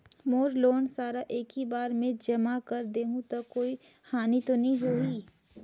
मोर loan सारा एकी बार मे जमा कर देहु तो कोई हानि तो नी होही?